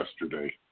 yesterday